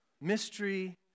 mystery